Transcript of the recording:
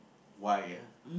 why ah